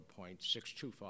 0.625